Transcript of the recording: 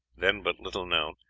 then but little known,